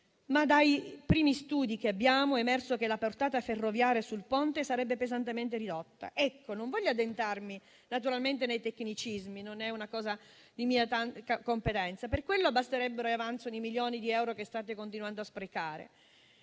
dai primi studi che abbiamo è emerso che la portata ferroviaria sul ponte sarebbe pesantemente ridotta. Non voglio addentrarmi naturalmente nei tecnicismi, non è di mia competenza; basterebbe l'avanzo di milioni di euro che state continuando a sprecare.